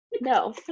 no